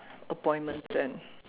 appointments and